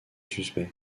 suspects